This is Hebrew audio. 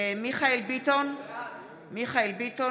מיכאל מרדכי ביטון,